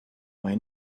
may